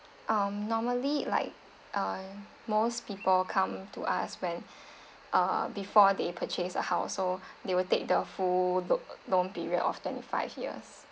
um normally like uh most people come to us when uh before they purchase a house so they will take the full lo~ long period of twenty five years